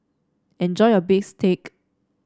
enjoy your bistake